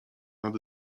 nad